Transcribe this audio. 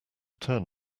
turn